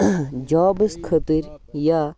جابَس خٲطرٕ یا